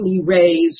raised